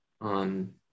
on